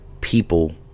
people